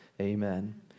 Amen